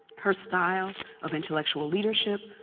her style of intellectual leadership,